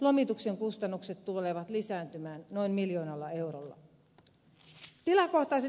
lomituksen kustannukset tulevat lisääntymään noin miljoonalla eurolla